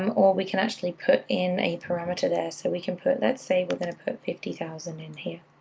um or we can actually put in a parameter there, so we can put, let's say we're going to put fifty thousand in here.